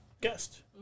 Guest